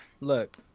Look